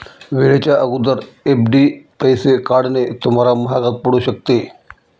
वेळेच्या अगोदर एफ.डी पैसे काढणे तुम्हाला महागात पडू शकते